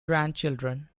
grandchildren